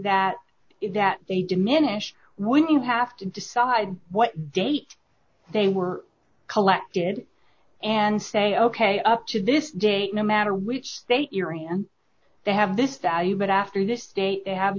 is that they diminish when you have to decide what date they were collected and say ok up to this date no matter which state your hand they have this value but after this date they have a